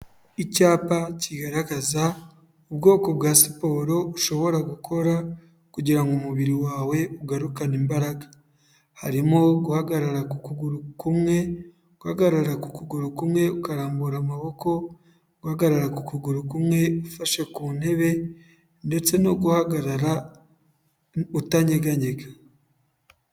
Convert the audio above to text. Icyapa kigaragaza ubwoko bwa siporo, ushobora gukora kugirango umubiri wawe ugarukane imbaraga, harimo guhagarara ukuguru kumwe, guhagarara ku kuguru kumwe ukarambura amaboko, guhagarara ukuguru kumwe ufashe ku ntebe ndetse no guhagarara utanyeganyega.